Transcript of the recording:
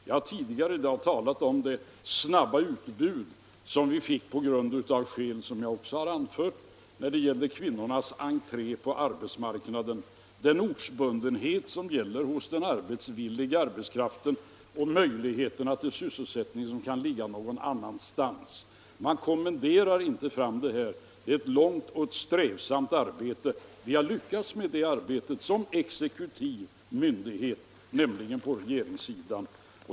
Jag har tidigare i dag talat om det snabba utbudet som vi fick, av skäl som jag också anförde, när kvinnorna gjorde entré på arbetsmarknaden, den ortsbundenhet som finns hos den arbetslediga arbetskraften och möjligheterna till sysselsättning på den egna orten. Man kommenderar inte fram detta — det är ett långt och strävsamt arbete. : Vi har lyckats med det arbetet som exekutiv myndighet, nämligen på regeringssidan.